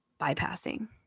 bypassing